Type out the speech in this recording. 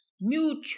Mutual